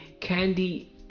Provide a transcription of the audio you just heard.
candy